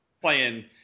playing